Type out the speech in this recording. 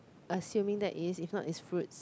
assuming that is if not it's fruits